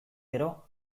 gero